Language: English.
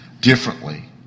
differently